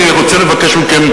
אני רוצה לבקש מכם,